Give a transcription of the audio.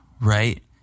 right